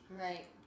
Right